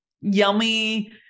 yummy